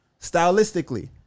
stylistically